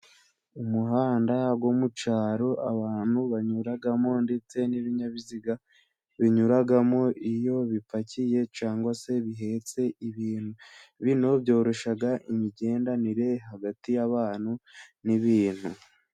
Umuhanda wo mu cyaro abantu banyuramo ndetse n'ibinyabiziga binyuramo iyo bipakiye cg se bihetse ibintu, bino byoroshya imigenderanire hagati y'abantu n'ibintu.